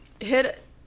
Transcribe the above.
hit